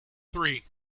three